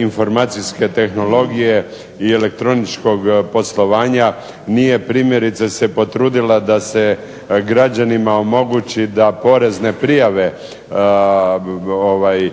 informacijske tehnologije i elektroničkog poslovanja nije primjerice se potrudila da se građanima omogući da porezne prijave predaju